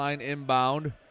inbound